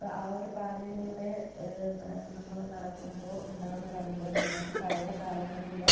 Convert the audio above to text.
ഇപ്പം ആ ഒരു പാതയിലൂടെ ന നമ്മൾ നടക്കുമ്പോൾ ഉണ്ടാകുന്ന ഒരനുഭവം നമുക്ക് പഴയ കാലങ്ങളിലെ